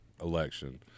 election